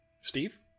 Steve